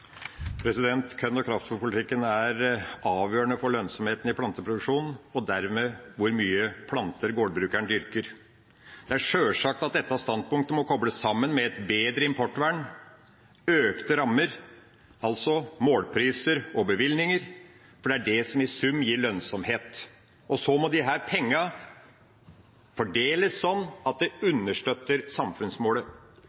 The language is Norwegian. og kraftfôrpolitikken er avgjørende for lønnsomheten i planteproduksjonen og dermed for hvor mange planter gårdbrukeren dyrker. Det er sjølsagt at dette standpunktet må kobles sammen med et bedre importvern, økte rammer, altså målpriser og bevilgninger. Det er det som i sum gir lønnsomhet. Så må disse pengene fordeles slik at det